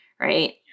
right